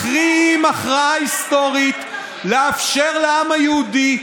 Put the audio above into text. מכריעים הכרעה היסטורית: לאפשר לעם היהודי,